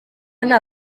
nta